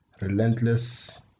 relentless